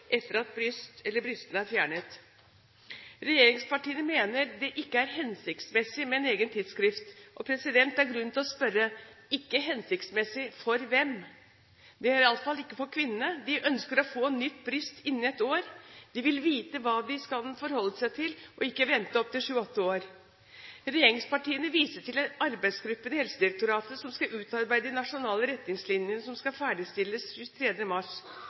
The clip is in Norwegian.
etter at bryst eller brystene er fjernet. Regjeringspartiene mener det ikke er hensiktsmessig med en egen tidsfrist, og det er grunn til å spørre: ikke hensiktsmessig for hvem? Det er det i alle fall for kvinnene. De ønsker å få nytt bryst innen ett år, de vil vite hva de skal forholde seg til og ikke vente opp til sju–åtte år! Regjeringspartiene viser til arbeidsgruppen i Helsedirektoratet som skal utarbeide de nasjonale retningslinjene, som skal ferdigstilles 23. mars.